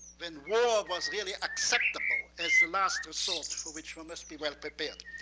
when war was really acceptable as the last assault for which we must be well prepared.